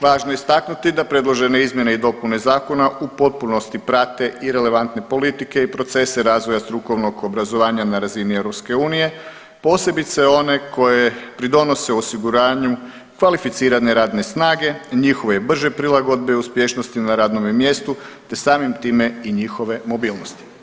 Važno je istaknuti da predložene izmjene i dopune zakona u potpunosti prate i relevantne politike i procese razvoja strukovnog obrazovanja na razini EU posebice one koje pridonose osiguranju kvalificirane radne snage, njihove brže prilagodbe uspješnosti na radnome mjestu te samim time i njihove mobilnosti.